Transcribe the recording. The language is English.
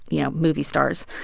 you know, movie stars.